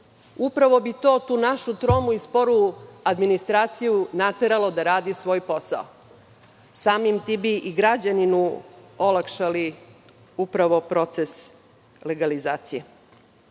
Upravo bi to našu tromu i sporu administraciju nateralo da radi svoj posao. Samim tim bi i građaninu olakšali proces legalizacije. Recimo